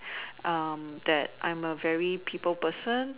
that I'm a very people person